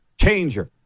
changer